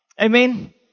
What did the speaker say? Amen